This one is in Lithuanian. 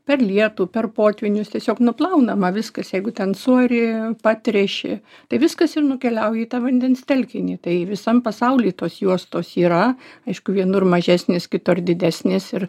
per lietų per potvynius tiesiog nuplaunama viskas jeigu ten suari patręši tai viskas ir nukeliauja į tą vandens telkinį tai visam pasauly tos juostos yra aišku vienur mažesnės kitur didesnės ir